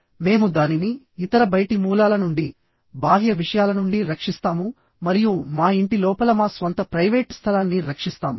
మేము దానిని ఇతర బయటి మూలాల నుండి బాహ్య విషయాల నుండి రక్షిస్తాము మరియు మా ఇంటి లోపల మా స్వంత ప్రైవేట్ స్థలాన్ని రక్షిస్తాము